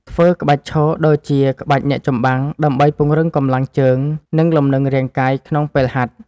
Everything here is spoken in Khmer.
ធ្វើក្បាច់ឈរ ដូចជាក្បាច់អ្នកចម្បាំង ដើម្បីពង្រឹងកម្លាំងជើង និងលំនឹងរាងកាយក្នុងពេលហាត់។